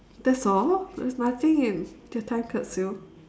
that's all there's nothing in the time capsule